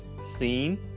scene